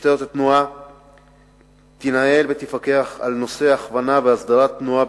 משטרת התנועה תנהל ותפקח על ההכוונה והסדרת התנועה